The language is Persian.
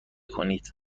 کنید